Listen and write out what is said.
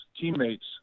teammates